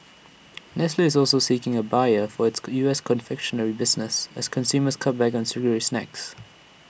nestle is also seeking A buyer for its U S confectionery business as consumers cut back on sugary snacks